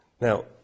Now